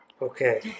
Okay